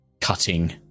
cutting